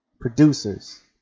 producers